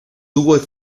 tuvo